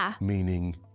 meaning